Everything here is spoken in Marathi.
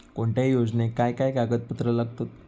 कोणत्याही योजनेक काय काय कागदपत्र लागतत?